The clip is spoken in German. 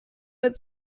mit